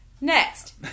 Next